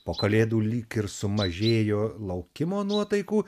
po kalėdų lyg ir sumažėjo laukimo nuotaikų